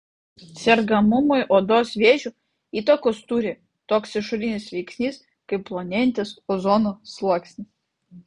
sergamumui odos vėžiu įtakos turi toks išorinis veiksnys kaip plonėjantis ozono sluoksnis